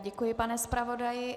Děkuji, pane zpravodaji.